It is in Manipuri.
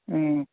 ꯎꯝ